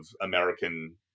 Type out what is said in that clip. American